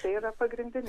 tai yra pagrindinė